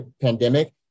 pandemic